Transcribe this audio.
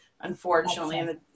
unfortunately